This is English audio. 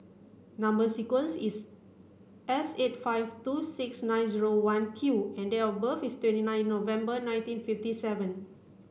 number sequence is S eight five two six nine zero one Q and date of birth is twenty nine November nineteen fifty seven